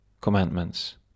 commandments